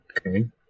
Okay